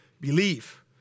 believe